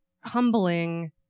humbling